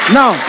now